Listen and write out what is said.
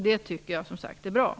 Det tycker jag, som sagt var, är bra.